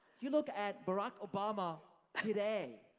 you look at barak obama today.